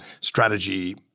strategy